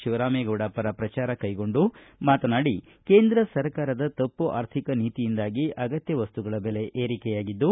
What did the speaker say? ಶಿವರಾಮೇಗೌಡ ಪರ ಪ್ರಚಾರಕಾರ್ಯ ಕೈಗೊಂಡು ಮಾತನಾಡಿ ಕೇಂದ್ರ ಸರ್ಕಾರದ ತಪ್ಪು ಆರ್ಥಿಕ ನೀತಿಯಿಂದಾಗಿ ಅಗತ್ಯ ವಸ್ತುಗಳ ಬೆಲೆ ಏರಿಕೆಯಾಗಿದ್ದು